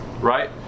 right